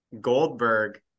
Goldberg